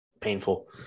painful